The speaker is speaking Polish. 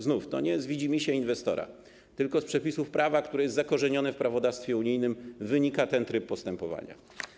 Znów to nie jest widzimisię inwestora, tylko z przepisów prawa, które jest zakorzenione w prawodawstwie unijnym, wynika ten tryb postępowania.